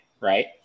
right